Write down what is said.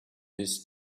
this